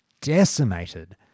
decimated